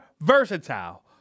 versatile